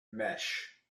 mesh